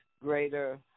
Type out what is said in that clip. greater